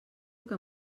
que